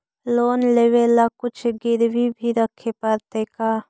Loan लेबे ल कुछ गिरबी भी रखे पड़तै का?